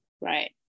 Right